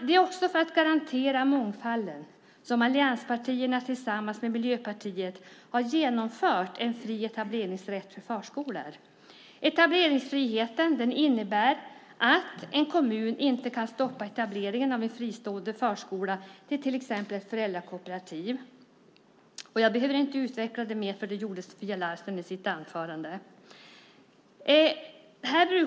Det är också för att garantera mångfalden som allianspartierna tillsammans med Miljöpartiet har genomfört en fri etableringsrätt för förskolor. Etableringsfriheten innebär att en kommun inte kan stoppa etableringen av en fristående förskola som drivs av ett föräldrakooperativ. Jag behöver inte utveckla det mer. Det gjorde Sofia Larsen i sitt anförande.